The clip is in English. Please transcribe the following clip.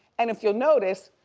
and if you'll notice,